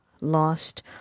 lost